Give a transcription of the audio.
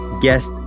guest